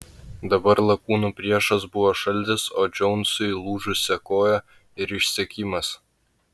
dabar lakūnų priešas buvo šaltis o džonsui lūžusia koja ir išsekimas